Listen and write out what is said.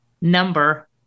number